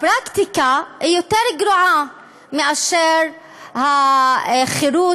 הפרקטיקה יותר גרועה מאשר החירות,